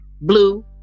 blue